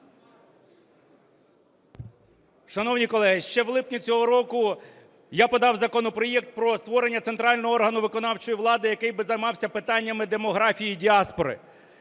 Шановні колеги, ще в липні цього року я подав законопроект про створення центрального органу виконавчої влади, який би займався питаннями демографії, діаспори.